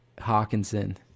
Hawkinson